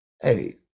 Hey